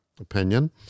opinion